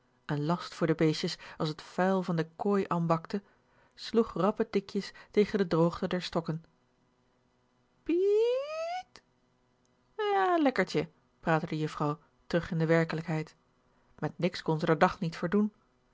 n last voor de beestjes as t vuil van de kooi anbakte sloeg rappe tikjes tegen de droogte der stokken pie ie iet ja lekkertje praatte de juffrouw terug in de werkelijkheid met niks kon ze d'r dag niet verdoen